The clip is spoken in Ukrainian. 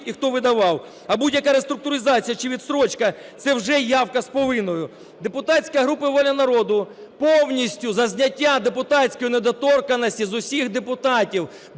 і хто видавав. А будь-яка реструктуризація чи відстрочка – це вже явка з повинною. Депутатська група "Воля народу" повністю за зняття депутатської недоторканності з усіх депутатів,